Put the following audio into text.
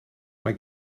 mae